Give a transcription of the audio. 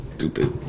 Stupid